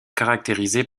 caractérisées